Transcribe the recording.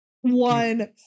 one